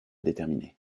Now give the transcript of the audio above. déterminée